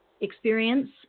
experience